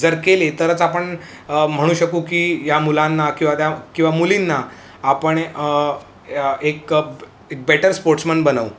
जर केले तरच आपण म्हणू शकू की या मुलांना किंवा त्या किंवा मुलींना आपण एक बेटर स्पोर्ट्समन बनवू